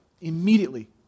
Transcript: immediately